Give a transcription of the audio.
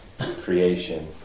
creation